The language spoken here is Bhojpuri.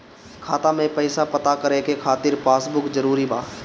खाता में पईसा पता करे के खातिर पासबुक जरूरी बा?